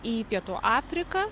į pietų afriką